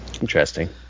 Interesting